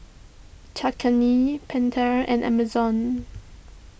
Cakenis Pentel and Amazon